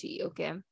okay